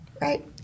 Right